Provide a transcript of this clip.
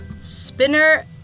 Spinner